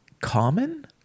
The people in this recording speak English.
common